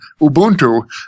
Ubuntu